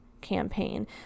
campaign